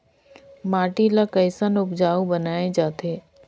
माटी ला कैसन उपजाऊ बनाय जाथे?